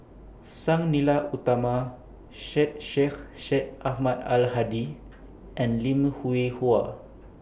Sang Nila Utama Syed Sheikh Syed Ahmad Al Hadi and Lim Hwee Hua